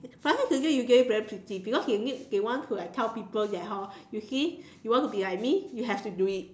plastic surgeon usually very pretty because you need they want to like tell people that hor you see you want to be like me you have to do it